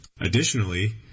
Additionally